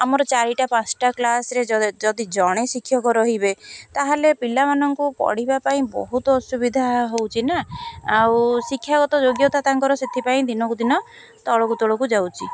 ଆମର ଚାରିଟା ପାଞ୍ଚଟା କ୍ଲାସ୍ରେ ଯଦି ଜଣେ ଶିକ୍ଷକ ରହିବେ ତା'ହେଲେ ପିଲାମାନଙ୍କୁ ପଢ଼ିବା ପାଇଁ ବହୁତ ଅସୁବିଧା ହେଉଛି ନା ଆଉ ଶିକ୍ଷାଗତ ଯୋଗ୍ୟତା ତାଙ୍କର ସେଥିପାଇଁ ଦିନକୁ ଦିନ ତଳକୁ ତଳକୁ ଯାଉଛି